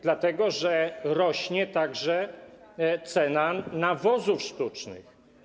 Dlatego że rośnie także cena nawozów sztucznych.